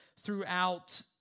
throughout